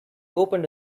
opened